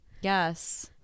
Yes